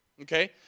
Okay